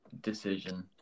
decision